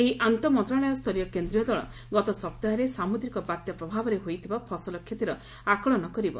ଏହି ଆନ୍ତଃ ମନ୍ତ୍ରଣାଳୟ ସ୍ତରୀୟ କେନ୍ଦ୍ରୀୟ ଦଳ ଗତ ସପ୍ତାହରେ ସାମ୍ରଦ୍ରିକ ବାତ୍ୟା ପ୍ରଭାବରେ ହୋଇଥିବା ଫସଲ କ୍ଷତିର ଆକଳନ କରିବ